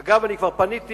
אגב, כבר פניתי